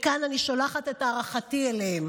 מכאן אני שולחת את הערכתי אליהם.